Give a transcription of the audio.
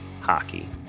hockey